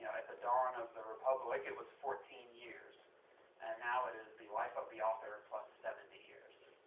at the dawn of the republic, it was fourteen years and now it is the life of the author plus seventy years,